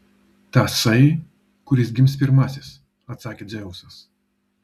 tasai kuris gims pirmasis atsakė dzeusas